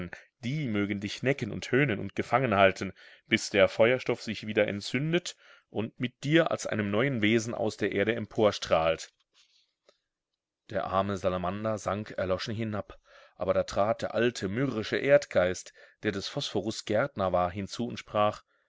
die mögen dich necken und höhnen und gefangen halten bis der feuerstoff sich wieder entzündet und mit dir als einem neuen wesen aus der erde emporstrahlt der arme salamander sank erloschen hinab aber da trat der alte mürrische erdgeist der des phosphorus gärtner war hinzu und sprach